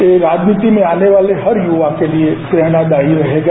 ये राजनीति में आने वाले हर युवा के लिए प्ररेणादायी रहेगा